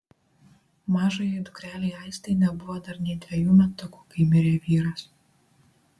mažajai dukrelei aistei nebuvo dar nė dvejų metukų kai mirė vyras